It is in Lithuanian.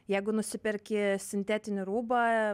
jeigu nusiperki sintetinį rūbą